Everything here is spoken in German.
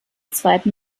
zweiten